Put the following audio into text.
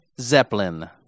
Zeppelin